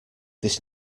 this